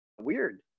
weird